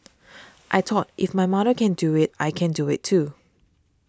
I thought if my mother can do it I can do it too